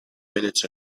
minutes